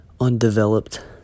undeveloped